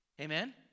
Amen